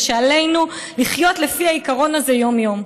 ושעלינו לחיות לפי העיקרון הזה יום-יום.